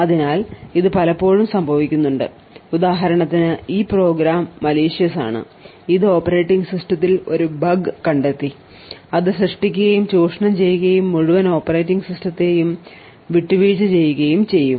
അതിനാൽ ഇത് പലപ്പോഴും സംഭവിക്കുന്നുണ്ട് ഉദാഹരണത്തിന് ഈ പ്രോഗ്രാം മലീഷ്യസ് ആണ് ഇത് ഓപ്പറേറ്റിംഗ് സിസ്റ്റത്തിൽ ഒരു ബഗ് കണ്ടെത്തി അത് സൃഷ്ടിക്കുകയും ചൂഷണം ചെയ്യുകയും മുഴുവൻ ഓപ്പറേറ്റിംഗ് സിസ്റ്റത്തെയും വിട്ടുവീഴ്ച ചെയ്യുകയും ചെയ്യും